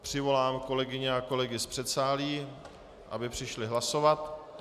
Přivolám kolegyně a kolegy z předsálí, aby přišli hlasovat.